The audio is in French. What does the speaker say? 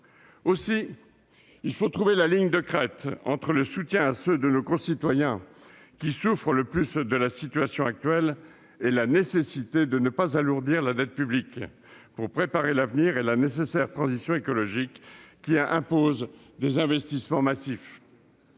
Aussi, il faut pouvoir trouver la ligne de crête entre le soutien à ceux de nos concitoyens qui souffrent le plus de la situation actuelle et la nécessité de ne pas alourdir la dette publique pour préparer l'avenir et la nécessaire transition écologique, qui impose des investissements massifs.